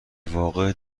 واقع